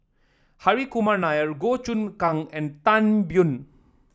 Hri Kumar Nair Goh Choon Kang and Tan Biyun